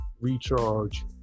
recharge